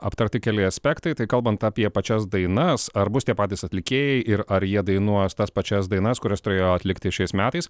aptarti keli aspektai tai kalbant apie pačias dainas ar bus tie patys atlikėjai ir ar jie dainuos tas pačias dainas kurias turėjo atlikti šiais metais